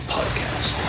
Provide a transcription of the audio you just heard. Podcast